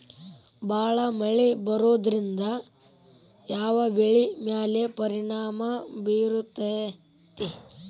ಭಾಳ ಮಳಿ ಬರೋದ್ರಿಂದ ಯಾವ್ ಬೆಳಿ ಮ್ಯಾಲ್ ಪರಿಣಾಮ ಬಿರತೇತಿ?